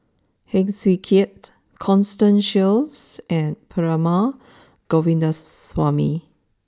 Heng Swee Keat Constance Sheares and Perumal Govindaswamy